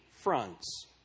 fronts